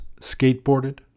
skateboarded